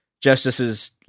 justices